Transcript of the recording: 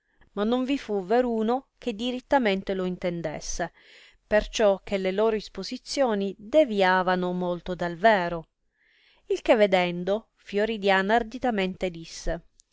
ma non vi fu veruno che dirittamente lo intendesse perciò che le loro isposizioni deviavano molto dal vero il che vedendo fiordiana arditamente disse